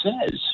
says